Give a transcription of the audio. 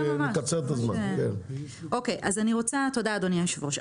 תודה, אדוני היושב ראש.